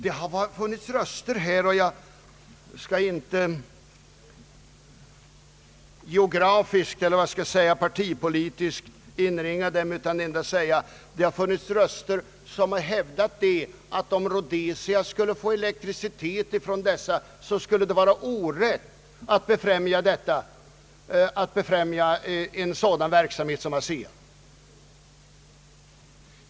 Det har funnits röster här — jag skall inte partipolitiskt inringa dem, utan endast säga att det har funnits röster som hävdat, att om Rhodesia skulle få elektricitet från Cabora Bassa, skulle det vara orätt att befrämja en sådan verksamhet som ASEA:s.